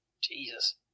Jesus